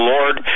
Lord